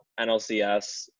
NLCS